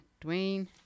Dwayne